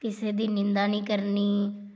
ਕਿਸੇ ਦੀ ਨਿੰਦਾ ਨਹੀਂ ਕਰਨੀ